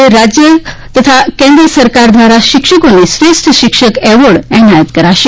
આજે રાજ્ય પણ કેન્દ્ર સરકાર દ્વારા શિક્ષકોને શ્રેષ્ઠ શિક્ષક એવોર્ડ એનાયત કરાશે